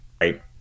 right